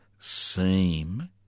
seem